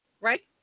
Right